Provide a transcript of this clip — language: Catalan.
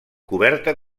coberta